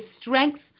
strength